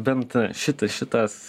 bent šitas šitas